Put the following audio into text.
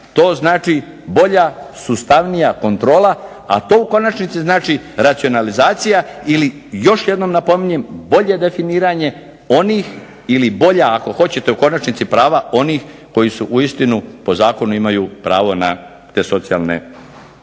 to znači bolja, sustavnija kontrola. A to u konačnici znači racionalizacija ili još jednom napominjem bolje definiranje onih ili bolja ako hoćete u konačnici prava onih koji su uistinu po zakonu imaju pravo na te socijalne usluge.